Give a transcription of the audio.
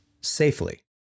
safely